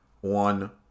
one